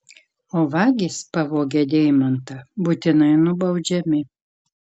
o vagys pavogę deimantą būtinai nubaudžiami